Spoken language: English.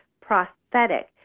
prosthetic